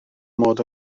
mod